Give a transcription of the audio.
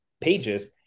pages